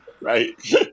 Right